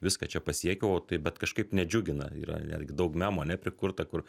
viską čia pasiekiau o tai bet kažkaip nedžiugina yra netgi daug memų ane prikurta kur